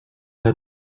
head